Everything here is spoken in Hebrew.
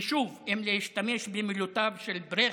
ושוב, אם להשתמש במילותיו של ברכט: